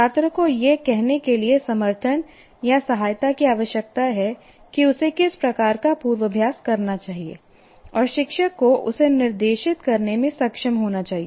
छात्र को यह कहने के लिए समर्थन या सहायता की आवश्यकता है कि उसे किस प्रकार का पूर्वाभ्यास करना चाहिए और शिक्षक को उसे निर्देशित करने में सक्षम होना चाहिए